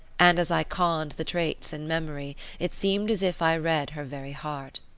and as i conned the traits in memory it seemed as if i read her very heart.